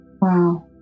Wow